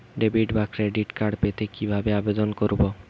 Debit বা credit card পেতে কি ভাবে আবেদন করব?